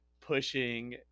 pushing